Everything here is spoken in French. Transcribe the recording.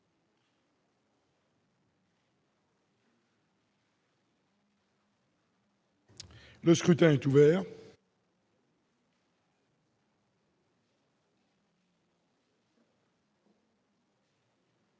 Le scrutin est ouvert.